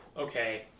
okay